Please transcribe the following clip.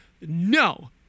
No